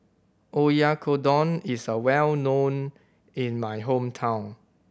Oyakodon is a well known in my hometown